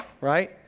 Right